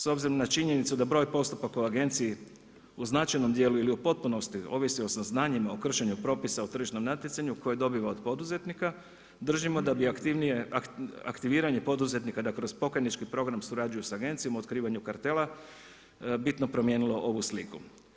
S obzirom na činjenicu da broj postupaka u Agenciji u značajnom dijelu ili u potpunosti ovisi o saznanjima o kršenju propisa u tržišnom natjecanju koje dobiva od poduzetnika držimo da bi aktiviranje poduzetnika da kroz pokajnički program surađuju s Agencijom u otkrivanju kartela bitno promijenilo ovu sliku.